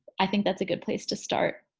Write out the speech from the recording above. i think that's a good place to start.